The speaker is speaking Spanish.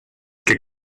que